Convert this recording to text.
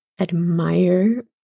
admire